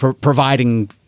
providing